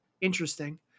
Interesting